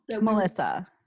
Melissa